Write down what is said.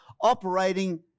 operating